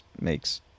makes